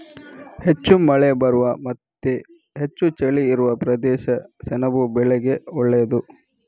ಹೆಚ್ಚು ಮಳೆ ಬರುವ ಮತ್ತೆ ಹೆಚ್ಚು ಚಳಿ ಇರುವ ಪ್ರದೇಶ ಸೆಣಬು ಬೆಳೆಗೆ ಒಳ್ಳೇದು